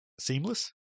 seamless